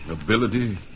ability